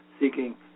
seeking